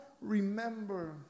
remember